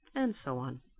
and so on.